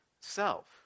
self